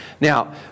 Now